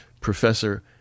Professor